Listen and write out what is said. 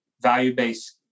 value-based